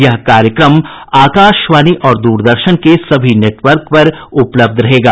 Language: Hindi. यह कार्यक्रम आकाशवाणी और दूरदर्शन के सभी नेटवर्क पर उपलब्ध रहेगा